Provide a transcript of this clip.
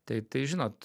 tai tai žinot